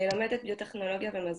אני לומדת ביוטכנולוגיה ומזון.